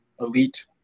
elite